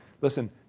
listen